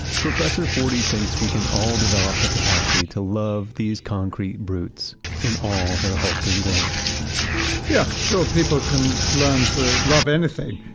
professor forty things we can all develop the capacity to love these concrete brutes in all their hulking glory yeah, sure. people can learn to love anything,